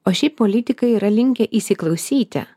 o šiaip politikai yra linkę įsiklausyti